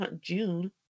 June